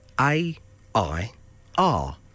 A-I-R